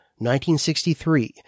1963